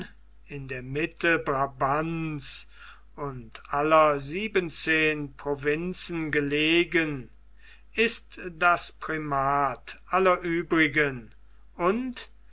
in der mitte brabants und aller siebenzehn provinzen gelegen ist das primat aller übrigen und